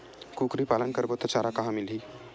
कुकरी पालन करबो त चारा कहां मिलही?